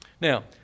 Now